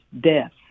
death